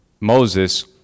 Moses